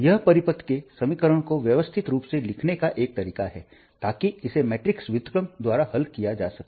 यह परिपथ के समीकरण को व्यवस्थित रूप से लिखने का एक तरीका है ताकि इसे मैट्रिक्स व्युत्क्रम द्वारा हल किया जा सके